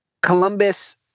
Columbus